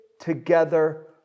together